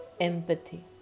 empathy